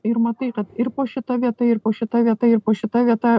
ir matai kad ir po šita vieta ir po šita vieta ir po šita vieta